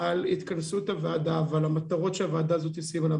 על התכנסות הוועדה ועל המטרות שהוועדה הציבה לעצמה,